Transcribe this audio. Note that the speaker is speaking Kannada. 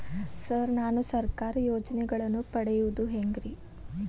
ಸರ್ ನಾನು ಸರ್ಕಾರ ಯೋಜೆನೆಗಳನ್ನು ಪಡೆಯುವುದು ಹೆಂಗ್ರಿ?